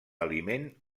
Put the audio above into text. aliment